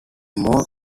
more